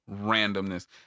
randomness